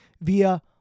via